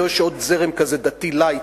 ויש עוד זרם דתי לייט,